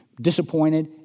disappointed